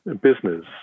business